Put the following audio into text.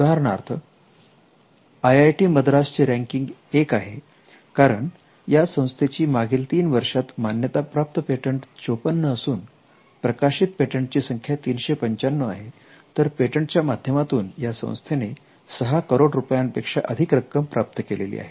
उदाहरणार्थ I I T Madras ची ranking 1 आहे कारण या संस्थेची मागील तीन वर्षात मान्यताप्राप्त पेटंट 54 असून प्रकाशित पेटंटची संख्या 395 आहे तर पेटंटच्या माध्यमातून या संस्थेने सहा करोड रुपयापेक्षा अधिक रक्कम प्राप्त केलेली आहे